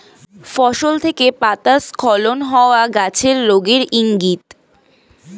ফসল থেকে পাতা স্খলন হওয়া গাছের রোগের ইংগিত